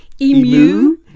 Emu